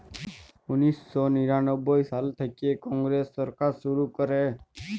উনিশ শ নিরানব্বই সাল থ্যাইকে কংগ্রেস সরকার শুরু ক্যরে